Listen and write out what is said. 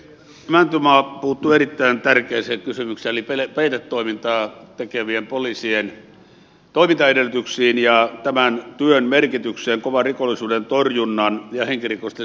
mäntymaa puuttui erittäin tärkeään kysymykseen eli peitetoimintaa tekevien poliisien toimintaedellytyksiin ja tämän työn merkitykseen kovan rikollisuuden torjunnan ja henkirikosten selvittämisen osalta